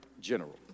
General